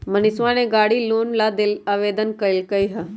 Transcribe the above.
मनीषवा ने गाड़ी लोन ला आवेदन कई लय है